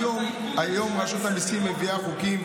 היום רשות המיסים מביאה חוקים,